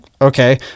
okay